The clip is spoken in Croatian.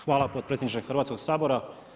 Hvala potpredsjedniče Hrvatskoga sabora.